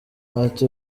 ati